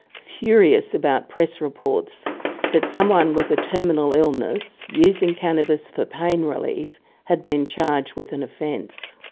furious about press reports that someone with a terminal illness using cannabis for pain relief had been charged with an offence.